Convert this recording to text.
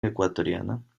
ecuatoriana